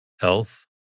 Health